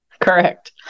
Correct